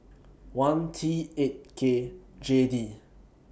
one T eight K J D